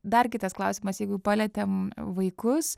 dar kitas klausimas jeigu palietėm vaikus